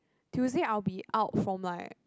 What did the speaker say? Tuesday I will be out from like